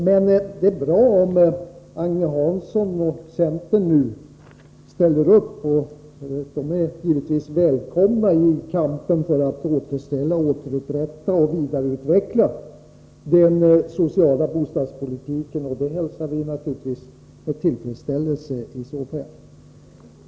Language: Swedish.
Men Agne Hansson och centern är givetvis välkomna i kampen för att återställa, återupprätta och vidareutveckla den sociala bostadspolitiken. Ställer de upp i den kampen hälsar vi naturligtvis detta med tillfredsställelse.